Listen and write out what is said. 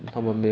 ya